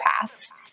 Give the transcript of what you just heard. paths